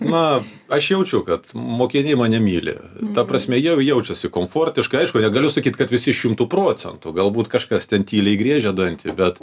na aš jaučiu kad mokiniai mane myli ta prasme jie jaučiasi komfortiškai aišku negaliu sakyti kad visi šimtu procentų galbūt kažkas ten tyliai griežia dantį bet